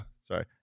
Sorry